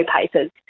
Papers